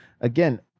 again